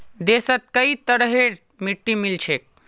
देशत कई तरहरेर मिट्टी मिल छेक